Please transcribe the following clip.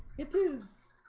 it is